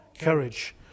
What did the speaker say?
courage